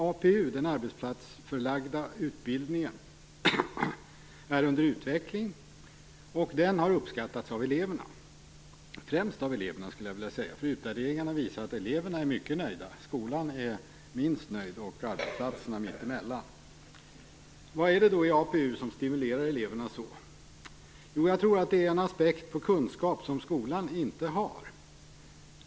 APU, den arbetsplatsförlagda utbildningen, är under utveckling, och den har uppskattats främst av eleverna. Utvärderingarna visar att eleverna är mycket nöjda, skolan är minst nöjd och arbetsplatserna mittemellan. Vad är det då i APU som stimulerar eleverna så? Jag tror att det är en aspekt på kunskap som skolan inte har.